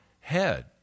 head